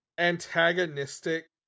Antagonistic